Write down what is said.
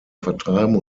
vertreiben